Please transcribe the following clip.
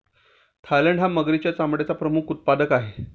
Thailand हा मगरीच्या चामड्याचा प्रमुख उत्पादक आहे